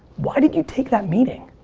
why did you take that meeting?